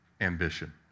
ambition